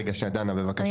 רגע, שנייה, דנה בבקשה.